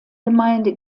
gemeinde